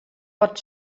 pot